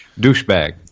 Douchebag